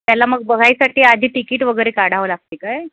त्याला मग बघायसाठी आधी तिकीट वगैरे काढावं लागते काय